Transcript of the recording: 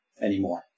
anymore